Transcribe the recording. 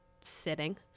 sitting